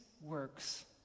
works